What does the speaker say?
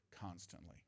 constantly